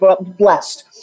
blessed